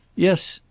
yes.